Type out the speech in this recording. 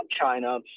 China